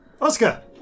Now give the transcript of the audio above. Oscar